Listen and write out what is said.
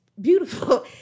beautiful